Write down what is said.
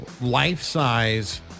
life-size